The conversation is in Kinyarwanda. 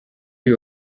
uyu